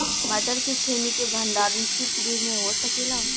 मटर के छेमी के भंडारन सितगृह में हो सकेला?